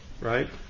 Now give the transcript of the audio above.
Right